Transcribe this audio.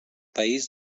país